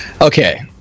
okay